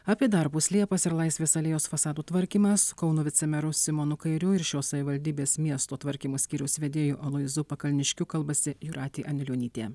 apie darbus liepas ir laisvės alėjos fasadų tvarkymą su kauno vicemeru simonu kairiu ir šios savivaldybės miesto tvarkymo skyriaus vedėju aloyzu pakalniškiu kalbasi jūratė anilionytė